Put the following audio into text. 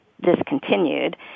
discontinued